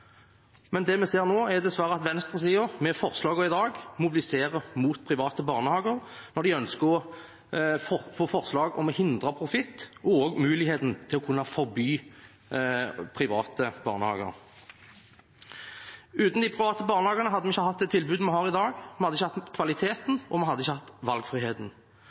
men det vi ser nå, er dessverre at venstresiden med forslagene i dag mobiliserer mot private barnehager når de ønsker å få flertall for forslaget om å hindre profitt og også muligheten til å kunne forby private barnehager. Uten de private barnehagene hadde vi ikke hatt det tilbudet vi har i dag. Vi hadde ikke hatt kvaliteten, og vi hadde ikke hatt valgfriheten.